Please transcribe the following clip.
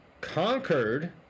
conquered